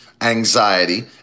anxiety